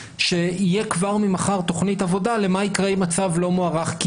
שיהיה כבר ממחר תכנית עבודה למה יקרה אם הצו לא מוארך.